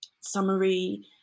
summary